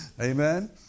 Amen